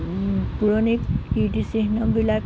পুৰণি কীৰ্তিচিহ্নবিলাক